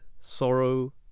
sorrow